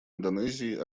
индонезии